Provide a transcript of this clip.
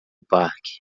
parque